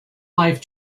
life